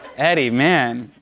eddie, man.